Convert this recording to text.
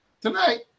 Tonight